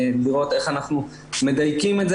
לראות איך אנחנו מדייקים את זה,